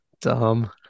dumb